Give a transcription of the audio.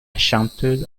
chanteuse